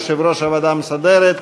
יושב-ראש הוועדה המסדרת.